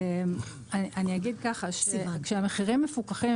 כשהמחירים מפוקחים,